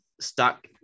stuck